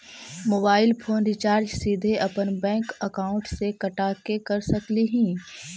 Mobile phone recharge सीधे अपन bank account से कटा के कर सकली ही?